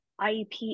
IEP